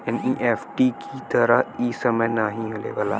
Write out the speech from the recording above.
NEFT की तरह इ समय नाहीं लेवला